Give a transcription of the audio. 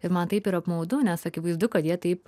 ir man taip yra apmaudu nes akivaizdu kad jie taip